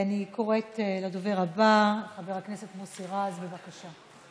אני קוראת לדובר הבא, חבר הכנסת מוסי רז, בבקשה.